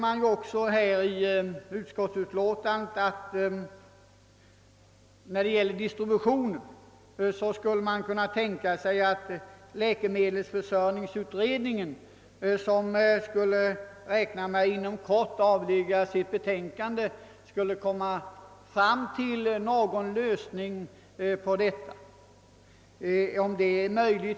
I utskottsutlåtandet sägs också ati när det gäller distributionen av läkemedel skulle man kunna tänka sig att läkemedelsförsörjningsutredningen, som inom kort beräknas avlämna sitt betänkande, skuHe kunna komma fram till någon lösning på detta problem.